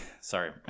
Sorry